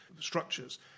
structures